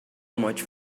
much